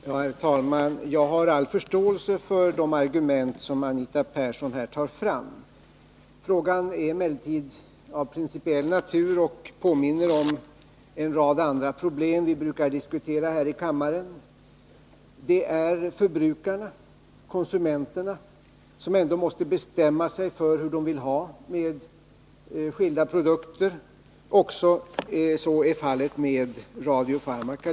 Herr talman! Jag har all förståelse för de argument som Anita Persson för fram. Frågan är emellertid av principiell natur, och problemen påminner om en rad andra problem som vi brukar diskutera här i kammaren. Det är förbrukarna, konsumenterna, som måste bestämma sig för hur de vill ha det i fråga om skilda produkter. Så är också fallet när det gäller radiofarmaka.